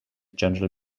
general